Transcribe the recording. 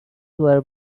were